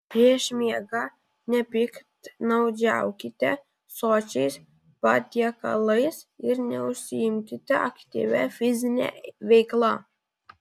prieš miegą nepiktnaudžiaukite sočiais patiekalais ir neužsiimkite aktyvia fizine veikla